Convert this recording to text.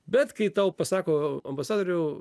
bet kai tau pasako a ambasadoriau